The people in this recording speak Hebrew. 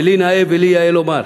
ולי נאה ולי יאה לומר,